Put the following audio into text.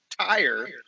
tire